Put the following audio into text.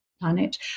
planet